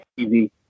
TV